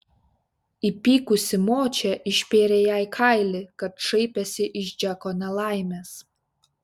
įpykusi močia išpėrė jai kailį kad šaipėsi iš džeko nelaimės